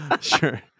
sure